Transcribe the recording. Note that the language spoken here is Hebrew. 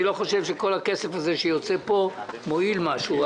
אני לא חושב שכל הכסף הזה שיוצא פה מועיל במשהו.